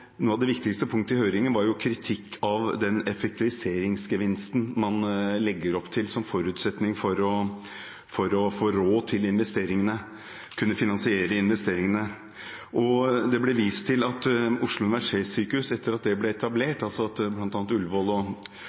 av de viktigste punktene i høringen var kritikk av den effektiviseringsgevinsten man legger opp til som forutsetning for å få råd til å kunne finansiere investeringene. Det ble vist til at Oslo universitetssykehus – etter at det ble etablert, altså at bl.a. Ullevål og